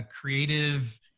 creative